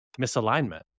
misalignment